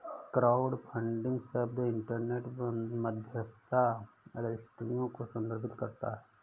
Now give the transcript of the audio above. crowdfunding शब्द internet मध्यस्थता रजिस्ट्रियों को संदर्भित करता है